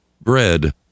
bread